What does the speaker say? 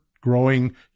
growing